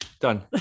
Done